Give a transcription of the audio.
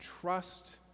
trust